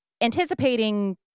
anticipating